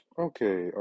Okay